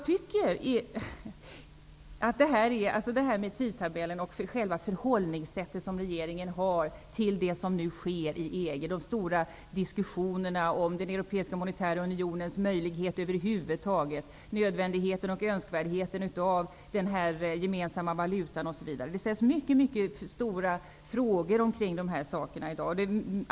Regeringens tidtabell och förhållningssätt till det som nu sker inom EG, de stora diskussionerna om den europeiska monetära unionens möjligheter över huvud taget, nödvändigheten och önskvärdheten av en gemensam valuta är saker som det ställs många frågor omkring i dag.